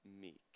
meek